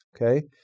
okay